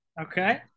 Okay